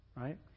right